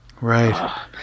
Right